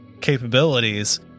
capabilities